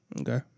Okay